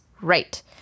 Right